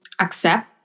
accept